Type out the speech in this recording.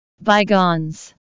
Bygones